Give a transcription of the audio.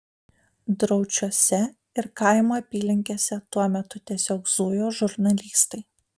draučiuose ir kaimo apylinkėse tuo metu tiesiog zujo žurnalistai